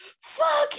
fuck